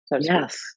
Yes